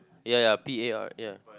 ya ya ya P A R ya